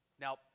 Now